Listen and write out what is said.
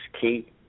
key